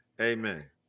Amen